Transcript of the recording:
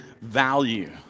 value